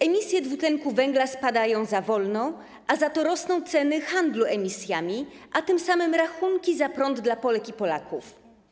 Emisje dwutlenku węgla spadają za wolno, za to rosną ceny handlu emisjami, a tym samym rachunki za prąd dla Polek i Polaków.